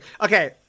Okay